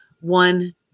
one